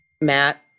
Matt